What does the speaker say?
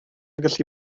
gallu